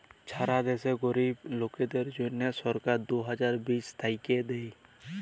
ছারা দ্যাশে গরীব লোকদের জ্যনহে সরকার দু হাজার বিশ থ্যাইকে দেই